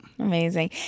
Amazing